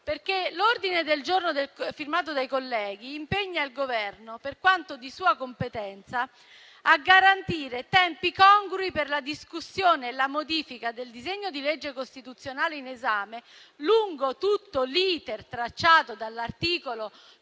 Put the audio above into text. sia. L'ordine del giorno firmato dai colleghi impegna il Governo «per quanto di sua competenza, a garantire tempi congrui per la discussione e la modifica del disegno di legge costituzionale in esame lungo tutto l'*iter* tracciato dall'articolo